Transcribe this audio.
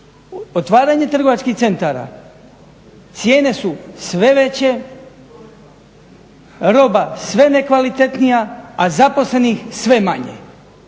Otvaranje trgovačkih centara, cijene su sve veće, roba sve ne kvaliteTnija, a zaposlenih sve manje